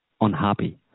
unhappy